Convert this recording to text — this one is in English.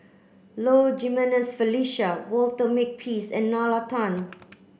Low Jimenez Felicia Walter Makepeace and Nalla Tan